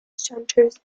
shunters